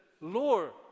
Lord